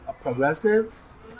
progressives